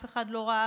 אף אחד לא ראה,